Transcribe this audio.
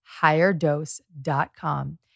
higherdose.com